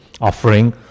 offering